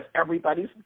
everybody's